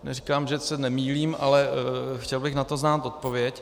Neříkám, že se nemýlím, ale chtěl bych na to znát odpověď.